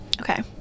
okay